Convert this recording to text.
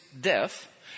death